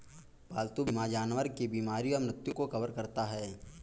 पालतू बीमा जानवर की बीमारी व मृत्यु को कवर करता है